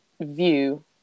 view